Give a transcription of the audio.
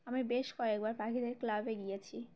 আমি বেশ কয়েকবার পাখিদের ক্লাবে গিয়েছি